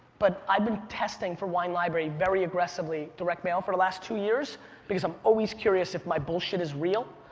but i've been testing for wine library. very aggressively, direct mail for the last two years because i'm always curious if my bullshit is real,